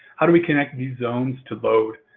how do we connect these zones to load?